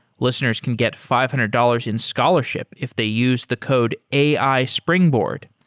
listeners can get five hundred dollars in scholarship if they use the code ai springboard.